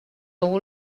all